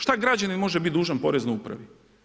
Šta građanin može biti dužan Poreznoj upravi?